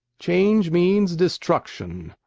change means destruction.